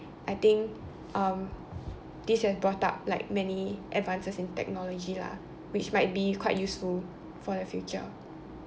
I think um this has brought up like many advances in technology lah which might be quite useful for the future